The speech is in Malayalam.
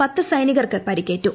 പത്ത് സൈനികർക്ക് പരിക്കേറ്റു